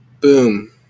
Boom